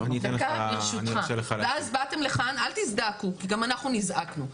אל תזדעקו כי גם אנחנו נזעקנו.